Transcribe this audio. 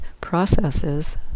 processes